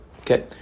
Okay